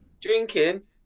drinking